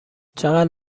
چقدر